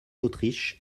autriche